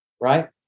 right